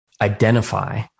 identify